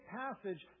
passage